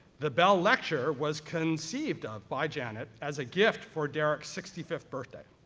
the bell lecture was conceived of by janet, as a gift for derrick's sixty fifth birthday.